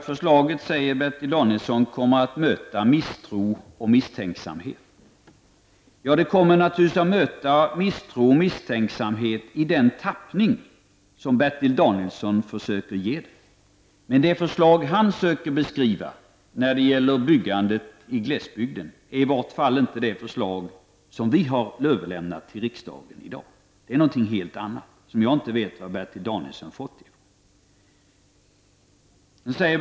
Herr talman! Bertil Danielsson säger att förslaget kommer att möta misstro och misstänksamhet. Det kommer naturligtvis att möta misstro och misstänksamhet i den tappning som Bertil Danielsson försöker ge det. Det förslag han söker beskriva när det gäller byggandet på glesbygden är i alla fall inte det förslag som vi har överlämnat till riksdagen i dag. Det är något helt annat, och jag vet inte varifrån Bertil Danielsson har fått det.